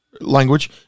language